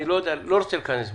אני לא רוצה להיכנס במקומכם,